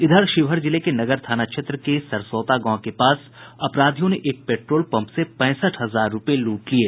इधर शिवहर जिले के नगर थाना क्षेत्र के सरसौता गांव के पास अपराधियों ने एक पेट्रोल पंप से पैंसठ हजार रूपये लूट लिये